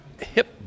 hip